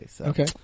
Okay